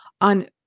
on